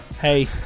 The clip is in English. Hey